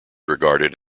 regarded